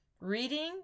reading